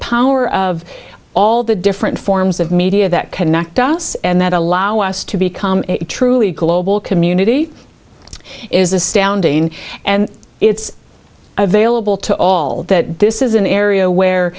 power of all the different forms of media that connect us and that allow us to become truly global community is astounding and it's available to all that this is an area where